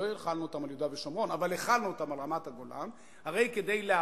לא החלנו אותם על יהודה ושומרון אבל החלנו אותם על רמת-הגולן,